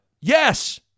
Yes